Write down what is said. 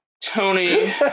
Tony